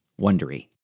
wondery